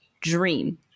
dream